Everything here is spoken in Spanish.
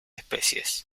especies